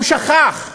הוא שכח להודיע.